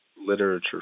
literature